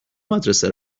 مدرسه